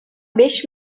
beş